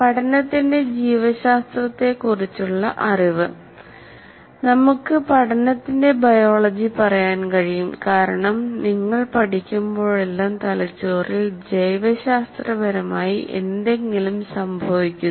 പഠനത്തിന്റെ ജീവശാസ്ത്രത്തെക്കുറിച്ചുള്ള അറിവ് നമുക്ക് പഠനത്തിന്റെ ബയോളജി പറയാൻ കഴിയും കാരണം നിങ്ങൾ പഠിക്കുമ്പോഴെല്ലാം തലച്ചോറിൽ ജൈവശാസ്ത്രപരമായി എന്തെങ്കിലും സംഭവിക്കുന്നു